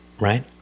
right